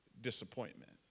disappointment